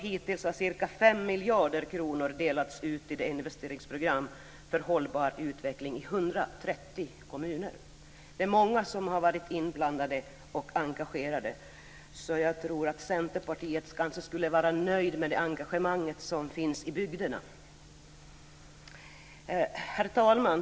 Hittills har ca 5 miljarder kronor delats ut i investeringsprogram för hållbar utveckling i 130 kommuner. Det är många som har varit inblandade och engagerade, så jag tror att man i Centerpartiet kanske skulle vara nöjd med det engagemang som finns i bygderna. Herr talman!